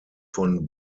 von